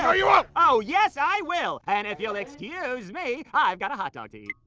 ah you won't. oh, yes, i will. and if you'll excuse me, i've got a hot dog to eat.